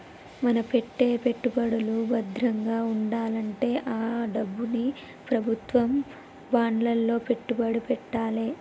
మన పెట్టే పెట్టుబడులు భద్రంగా వుండాలంటే ఆ డబ్బుని ప్రభుత్వం బాండ్లలో పెట్టుబడి పెట్టాలే